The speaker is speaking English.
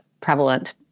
prevalent